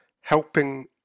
helping